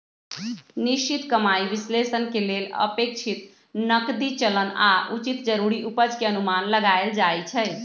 निश्चित कमाइ विश्लेषण के लेल अपेक्षित नकदी चलन आऽ उचित जरूरी उपज के अनुमान लगाएल जाइ छइ